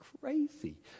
crazy